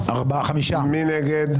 מי נגד?